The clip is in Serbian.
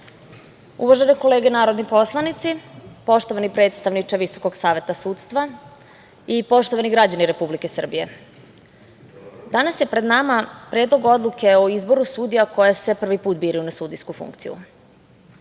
kolege narodni poslanici, poštovani predstavniče Visokog saveta sudstva i poštovani građani Republike Srbije, danas je pred nama Predlog odluke o izboru sudija koji se prvi put biraju na sudijsku funkciju. Kada